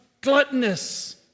gluttonous